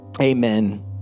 Amen